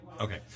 Okay